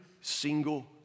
single